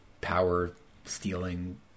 power-stealing